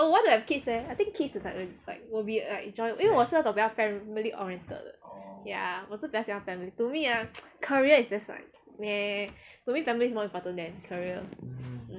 I want to have kids leh I think kids is like a will be like a 因为我是那种比较 family oriented yeah 我是比较喜欢 family to me ah career is just like meh to me family is more important than career mm